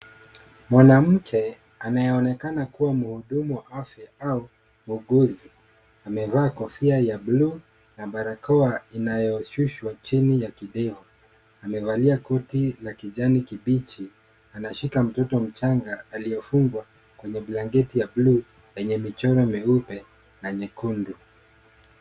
Mwanamke anayeonekana kuwa mhudumu wa afya au muuguzi amevaa kofia ya bluu na barakoa inayoshushwa chini ya kidevu. Amevalia koti la kijani kibichi. Anashika mtoto mchanga aliyefungwa kwenye blanketi ya bluu lenye michoro meupe na nyekundu.